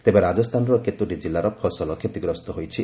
ତେବେ ରାଜସ୍ଥାନର କେତୋଟି ଜିଲ୍ଲାର ଫସଲ କ୍ଷତିଗ୍ରସ୍ତ ହୋଇଛି